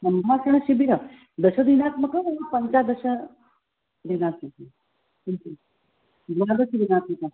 सम्भाषणशिबिरं दशदिनात्मकं पञ्चादशदिनात्मिकं किन्तु द्वादशदिनात्मकम्